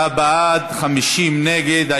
29 בעד, 50 נגד.